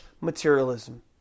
materialism